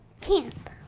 Camp